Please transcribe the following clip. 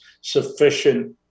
sufficient